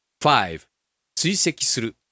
five,追跡する